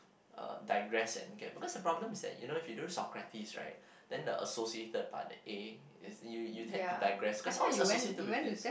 uh digress and ge~ because the problem is that you know you do Socrates right then the associated part that the A you you tend the digress cause all is associated with this